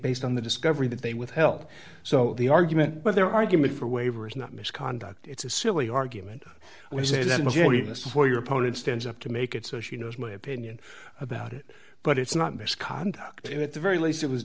based on the discovery that they withheld so the argument but their argument for waiver is not misconduct it's a silly argument when i say that a majority of us where your opponent stands up to make it so she knows my opinion about it but it's not misconduct and at the very least it was